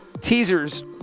teasers